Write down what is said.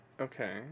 Okay